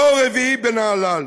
דור רביעי בנהלל,